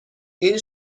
این